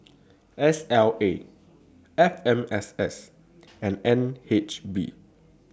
S L A F M S S and N H B